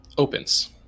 opens